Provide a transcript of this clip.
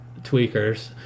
Tweakers